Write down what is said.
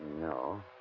No